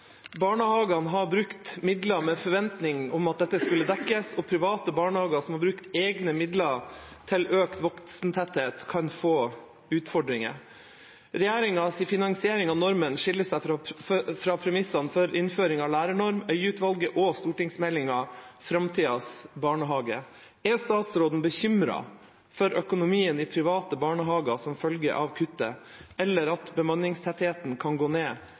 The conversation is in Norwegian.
Barnehagene har brukt midler med forventning om at dette skulle dekkes, og private barnehager som har brukt egne midler til økt voksentetthet, kan få utfordringer. Regjeringens finansiering av normen skiller seg fra premissene for innføring av lærernorm, Øie-utvalget og stortingsmeldingen Framtidens barnehage. Er statsråden bekymret for økonomien i private barnehager som følge av kuttet, eller at bemanningstettheten kan gå ned